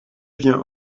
vient